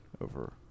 over